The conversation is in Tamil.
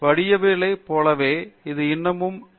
வடிவவியலைப் போலவே அது இன்னமும் வாழ்ந்து கொண்டிருக்கிறது